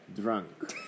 drunk